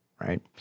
right